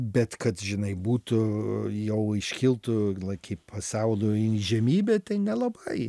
bet kad žinai būtų jau iškiltų laikyt pasaulio įžymybe tai nelabai